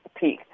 peak